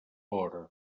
hora